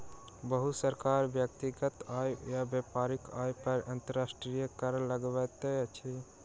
बहुत सरकार व्यक्तिगत आय आ व्यापारिक आय पर अंतर्राष्ट्रीय कर लगबैत अछि